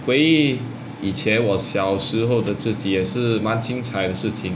回忆以前我小时候的自己也是满精彩的事情:hui yi yi qianan wo xiao shi hou de zi ji ye shi man jingng cai de shi qing